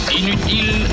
inutile